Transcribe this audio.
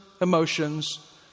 emotions